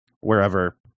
wherever